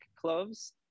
cloves